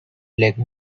legged